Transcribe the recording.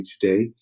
today